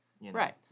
Right